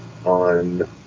On